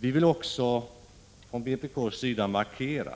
Vi vill från vpk:s sida markera